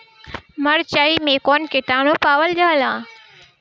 मारचाई मे कौन किटानु पावल जाला?